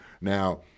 Now